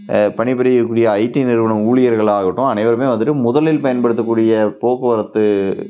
பணிபுரியக்கூடிய ஐடி நிறுவனம் ஊழியர்களாகட்டும் அனைவரும் வந்துட்டு முதலில் பயன்படுத்தக்கூடிய போக்குவரத்து